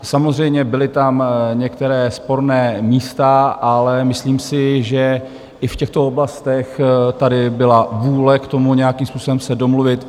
Samozřejmě tam byla některá sporná místa, ale myslím si, že i v těchto oblastech tady byla vůle k tomu, nějakým způsobem se domluvit.